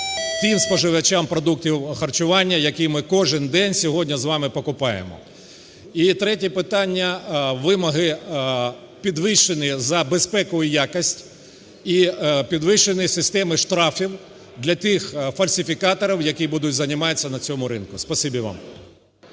тим споживачам продуктів харчування, які ми кожен день сьогодні з вами покупаємо. І третє питання. Вимоги підвищені за безпеку і якість, і підвищені системи штрафів для тих фальсифікаторів, які будуть займатися на цьому ринку. Спасибі вам.